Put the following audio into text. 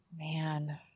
Man